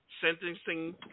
sentencing